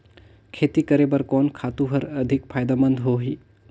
खेती करे बर कोन खातु हर अधिक फायदामंद होही?